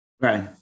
Right